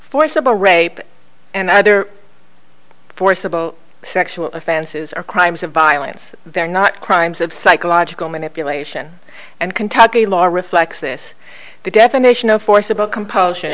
forcible rape and other forcible sexual offenses are crimes of violence they're not crimes of psychological manipulation and kentucky law reflects this the definition of forcible compulsion